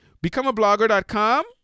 BecomeAblogger.com